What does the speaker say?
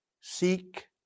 Seek